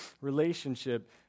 relationship